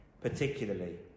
particularly